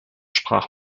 sprach